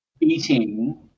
eating